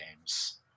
games